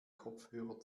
kopfhörer